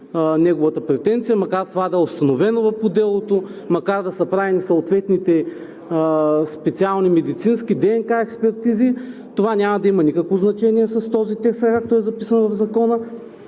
неговата претенция. Макар това да е установено по делото, макар да са правени съответните специални медицински и ДНК експертизи, това няма да има никакво значение с този текст, така както е записан в Закона,